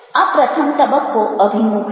આ પ્રથમ તબક્કો અભિમુખતા છે